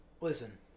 listen